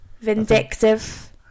Vindictive